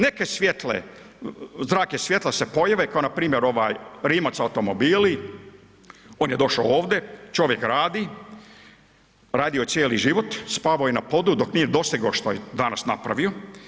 Neke zrake svjetla se pojave kao npr. Rimac automobili, on je došao ovdje, čovjek radi, radio je cijeli život, spavao je na podu dok nije dostigao što je danas napravio.